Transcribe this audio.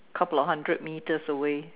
couple of hundred meters away